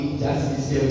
justice